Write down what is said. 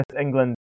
England